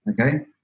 Okay